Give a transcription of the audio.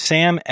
Sam